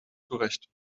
zurecht